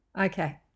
Okay